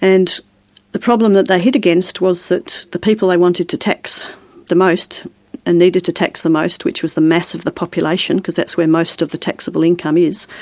and the problem that they hit against, was that the people they wanted to tax the most and needed to tax the most, which was the mass of the population, because that's where most of the taxable income is,